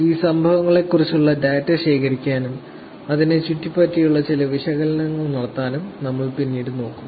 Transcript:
ഈ സംഭവങ്ങളെക്കുറിച്ചുള്ള ഡാറ്റ ശേഖരിക്കാനും അതിനെ ചുറ്റിപ്പറ്റിയുള്ള ചില വിശകലനങ്ങൾ നടത്താനും നമ്മൾ പിന്നീട് നോക്കും